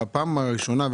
בפעם הראשונה,